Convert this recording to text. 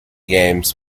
games